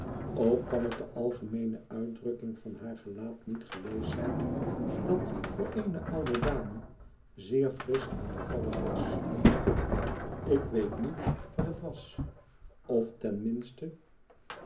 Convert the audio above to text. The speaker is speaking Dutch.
ook kan het de algemeene uitdrukking van haar gelaat niet geweest zijn dat voor eene oude dame zeer frisch en bevallig was ik weet niet wat het was of